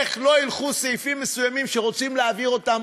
איך לא ילכו סעיפים מסוימים שרוצים להעביר אותם